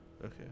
Okay